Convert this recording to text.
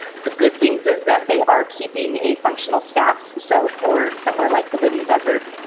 the good things is that they are keeping a functional staff. so for somewhere like the living desert,